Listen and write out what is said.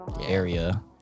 area